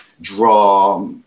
draw